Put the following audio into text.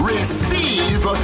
Receive